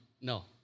No